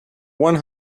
one